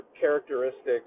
characteristics